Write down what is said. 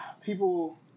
people